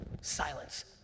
Silence